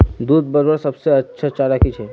दूध बढ़वार सबसे अच्छा चारा की छे?